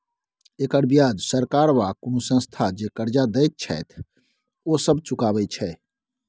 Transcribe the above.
एकर बियाज सरकार वा कुनु संस्था जे कर्जा देत छैथ ओ सब चुकाबे छै